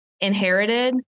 inherited